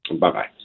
Bye-bye